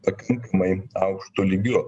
pakankamai aukštu lygiu